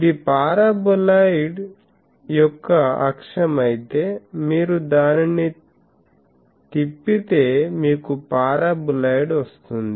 ఇది పారాబొలా యొక్క అక్షం అయితే మీరు దానిని తిప్పితే మీకు పారాబొలాయిడ్ వస్తుంది